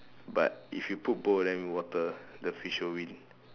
but if you put both of them in water the fish will win